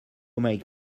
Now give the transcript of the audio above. make